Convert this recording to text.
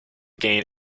gain